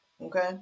Okay